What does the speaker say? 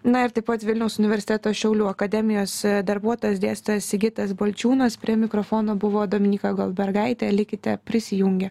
na ir taip pat vilniaus universiteto šiaulių akademijos darbuotojas dėstytojas sigitas balčiūnas prie mikrofono buvo dominyka goldbergaitė likite prisijungę